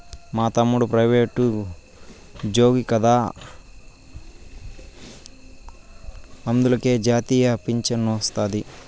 మా తమ్ముడు ప్రైవేటుజ్జోగి కదా అందులకే జాతీయ పింఛనొస్తాది